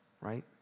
right